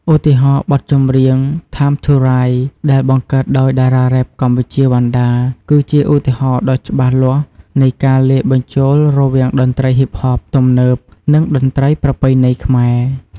ឧទាហរណ៍បទចម្រៀង "ថាមធូរ៉ាយ" ដែលបង្កើតដោយតារារ៉េបកម្ពុជា វណ្ណដា គឺជាឧទាហរណ៍ដ៏ច្បាស់លាស់នៃការលាយបញ្ចូលរវាងតន្ត្រីហ៊ីបហបទំនើប និងតន្ត្រីប្រពៃណីខ្មែរ។